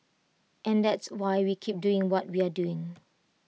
and that's why we keep doing what we're doing